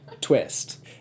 Twist